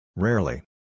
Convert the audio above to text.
Rarely